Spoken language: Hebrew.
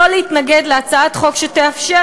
לא להתנגד להצעת חוק שתאפשר,